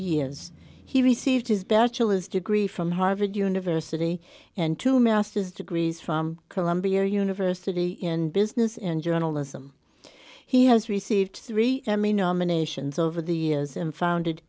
years he received his bachelor's degree from harvard university and two master's degrees from columbia university in business and journalism he has received three i mean nominations over the years and founded